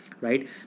right